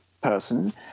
person